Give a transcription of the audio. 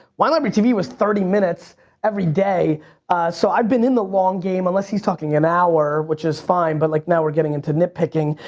wine library tv was thirty minutes everyday so i've been in the long game unless he's talking an hour which is fine. but like now we're getting into nitpicking.